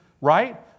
right